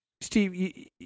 Steve